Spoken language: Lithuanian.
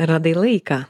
radai laiką